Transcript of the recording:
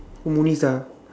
ah